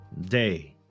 Day